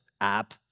app